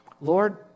Lord